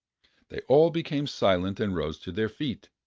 they all became silent and rose to their feet.